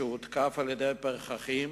אמר שהוא הותקף על-ידי פרחחים